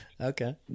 Okay